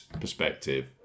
perspective